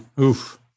oof